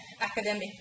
academic